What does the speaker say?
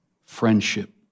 friendship